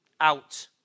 Out